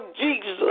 Jesus